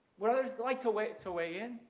would others like to weigh to weigh in?